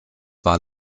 war